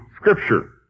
scripture